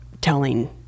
telling